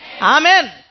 Amen